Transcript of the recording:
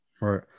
right